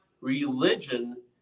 religion